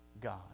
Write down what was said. god